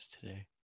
today